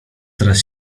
teraz